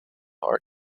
are